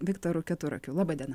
viktoru keturakiu laba diena